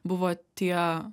buvo tie